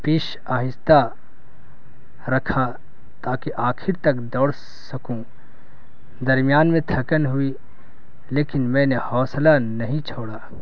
پیش آہستہ رکھا تاکہ آخر تک دوڑ سکوں درمیان میں تھکن ہوئی لیکن میں نے حوصلہ نہیں چھوڑا